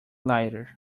lighter